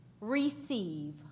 Receive